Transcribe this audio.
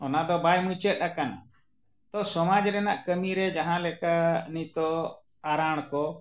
ᱚᱱᱟ ᱫᱚ ᱵᱟᱭ ᱢᱩᱪᱟᱹᱫ ᱟᱠᱟᱱᱟ ᱛᱚ ᱥᱚᱢᱟᱡᱽ ᱨᱮᱱᱟᱜ ᱠᱟᱹᱢᱤᱨᱮ ᱡᱟᱦᱟᱸᱞᱮᱠᱟ ᱱᱤᱛᱳᱜ ᱟᱨᱟᱬ ᱠᱚ